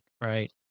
right